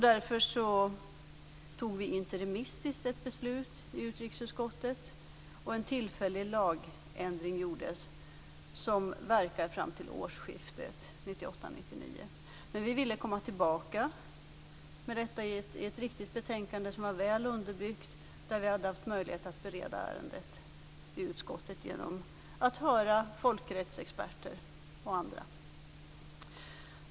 Därför fattade vi interimistiskt ett beslut i utrikesutskottet, och det gjordes en tillfällig lagändring med verkan fram till årsskiftet 1998-1999. Vi ville komma tillbaka med ett väl underbyggt betänkande, efter att vi hade haft möjlighet att bereda ärendet i utskottet genom att höra bl.a. folkrättsexperter.